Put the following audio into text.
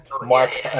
Mark